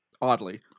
oddly